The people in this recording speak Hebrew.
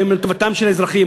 שהם לטובתם של האזרחים.